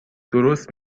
درست